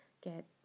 get